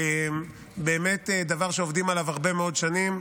זה דבר שעובדים עליו הרבה מאוד שנים,